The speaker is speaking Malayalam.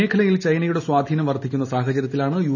മേഖലയിൽ ചൈനയുടെ സ്വാധീനം വർദ്ധിക്കുന്ന സാഹചര്യത്തിലാണ് യു